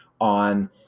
on